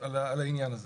על העניין הזה.